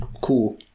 cool